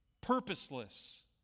purposeless